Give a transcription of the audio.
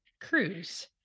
cruise